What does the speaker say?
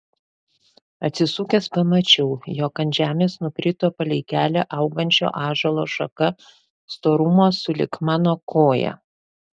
atsisukęs pamačiau jog ant žemės nukrito palei kelią augančio ąžuolo šaka storumo sulig mano koja